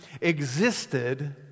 existed